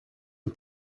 and